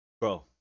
bro